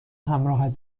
همراهت